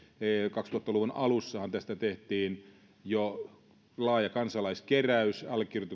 kaksituhatta luvun alussahan tästä tehtiin jo laaja kansalaiskeräys